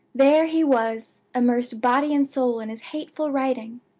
there he was, immersed body and soul in his hateful writing!